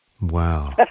Wow